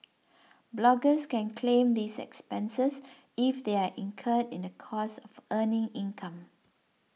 bloggers can claim these expenses if they are incurred in the course of earning income